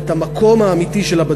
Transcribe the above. את המקום האמיתי שלה בדמוקרטיה,